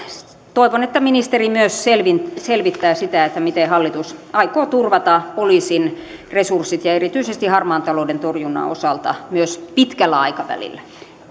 toivon että ministeri myös selvittää sitä miten hallitus aikoo turvata poliisin resurssit erityisesti harmaan talouden torjunnan osalta myös pitkällä aikavälillä